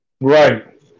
right